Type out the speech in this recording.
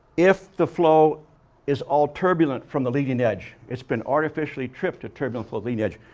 if the flow is all turbulent from the leading edge, it's been artificially tripped to terminal for leading edge,